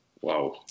wow